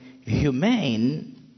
humane